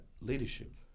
leadership